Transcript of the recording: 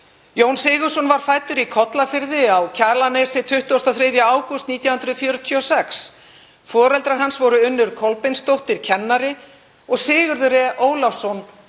Jón Sigurðsson var fæddur í Kollafirði á Kjalarnesi 23. ágúst 1946. Foreldrar hans voru Unnur Kolbeinsdóttir kennari og Sigurður E. Ólason